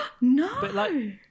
no